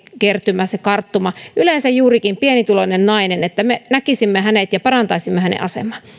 eläkekarttuman saaneen yleensä juurikin pienituloinen nainen me näkisimme ja parantaisimme hänen asemaansa